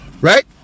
Right